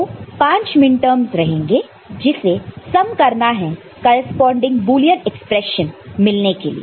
तो 5 मिनटर्मस रहेंगे जिसे सम करना है करेस्पॉन्डिंग बुलियन एक्सप्रेशन मिलने के लिए